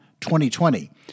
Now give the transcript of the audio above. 2020